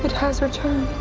but has returned.